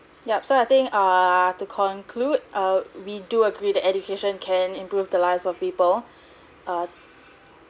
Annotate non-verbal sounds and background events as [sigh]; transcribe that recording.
yup so I think err to conclude err we do agree that education can improve the lives of people [breath] uh